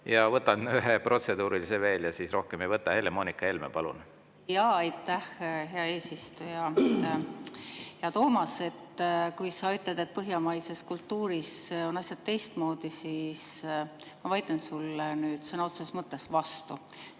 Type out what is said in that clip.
Võtan ühe protseduurilise veel ja rohkem ei võta. Helle-Moonika Helme, palun! Aitäh, hea eesistuja! Hea Toomas! Kui sa ütled, et põhjamaises kultuuris on asjad teistmoodi, siis ma vaidlen sulle sõna otseses mõttes vastu.